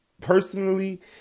personally